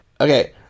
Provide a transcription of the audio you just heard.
okay